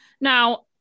Now